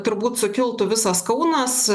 turbūt sukiltų visas kaunas